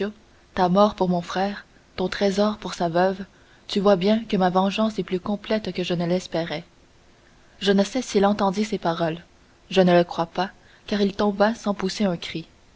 ta mort pour mon frère ton trésor pour sa veuve tu vois bien que ma vengeance est plus complète que je ne l'espérais je ne sais s'il entendit ces paroles je ne le crois pas car il tomba sans pousser un cri